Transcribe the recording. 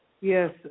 Yes